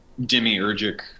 demiurgic